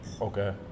okay